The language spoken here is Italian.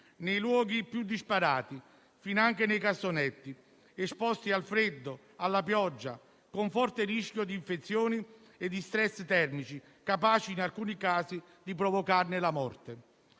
nei luoghi più disparati, finanche nei cassonetti, esposti al freddo e alla pioggia, con forte rischio di infezioni e di *stress* termici, capaci in alcuni casi di provocarne la morte.